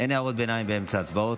אין הערות ביניים באמצע הצבעות.